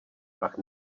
pak